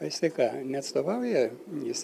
o jis tai ką neatstovauja jis